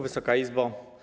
Wysoka Izbo!